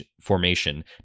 formation